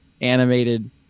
animated